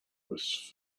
was